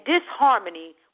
disharmony